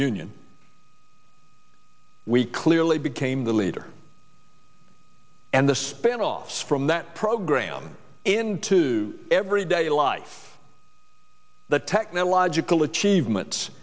union we clearly became the leader and the span off from that program into everyday life the technological achievements